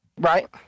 right